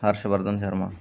Harshvardhan Sharma